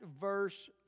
verse